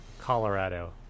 Colorado